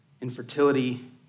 infertility